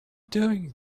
doing